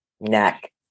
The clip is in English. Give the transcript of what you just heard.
neck